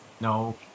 No